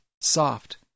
soft